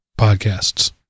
podcasts